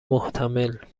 محتمل